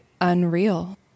unreal